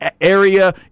area